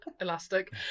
elastic